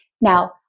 Now